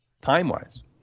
time-wise